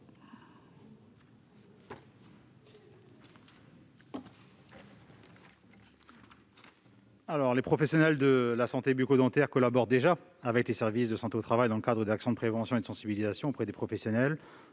? Les professionnels de la santé bucco-dentaire collaborent déjà avec les services de santé au travail dans le cadre d'actions de prévention et de sensibilisation auprès de professionnels